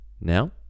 Now